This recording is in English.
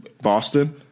Boston